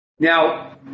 Now